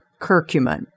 curcumin